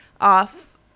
off